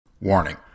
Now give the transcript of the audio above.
Warning